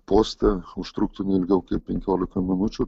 poste užtruktų ilgiau kaip penkiolika minučių